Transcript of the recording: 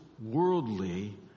worldly